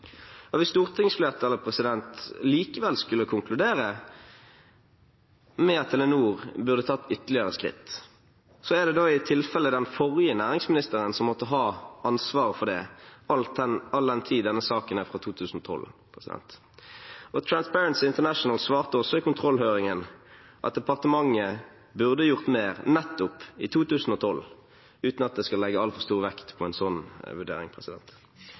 Hvis stortingsflertallet likevel skulle konkludere med at Telenor burde tatt ytterligere skritt, er det da i tilfelle den forrige næringsministeren som måtte ha ansvaret for det, all den tid denne saken er fra 2012. Transparency International svarte også i kontrollhøringen at departementet burde gjort mer nettopp i 2012, uten at det skal legges altfor stor vekt på en slik vurdering.